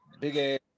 big-ass